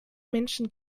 menschen